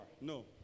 no